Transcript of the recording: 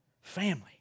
family